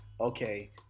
Okay